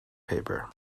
paper